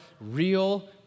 real